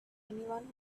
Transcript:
anyone